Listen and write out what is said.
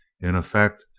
in effect,